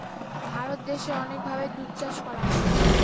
ভারত দেশে অনেক ভাবে দুধ চাষ করা হয়